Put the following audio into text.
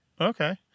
Okay